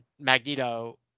Magneto